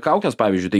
kaukes pavyzdžiui tai